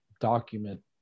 document